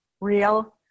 real